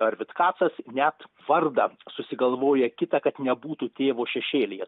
ar vitkacas net vardą susigalvoja kitą kad nebūtų tėvo šešėlyje